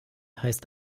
heißt